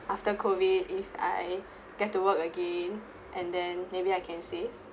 after COVID if I get to work again and then maybe I can save